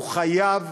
חייב